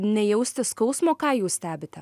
nejausti skausmo ką jūs stebite